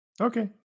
Okay